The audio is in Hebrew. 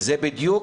זה בדיוק